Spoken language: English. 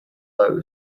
low